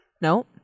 No